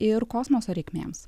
ir kosmoso reikmėms